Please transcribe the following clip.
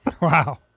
Wow